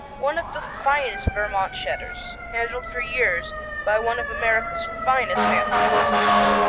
one of the finest vermont cheddars, handled for years by one of america's finest fancy food suppliers,